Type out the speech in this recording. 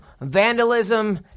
vandalism